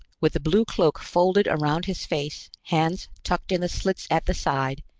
with the blue cloak folded around his face, hands tucked in the slits at the side,